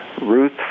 Ruth